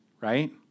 right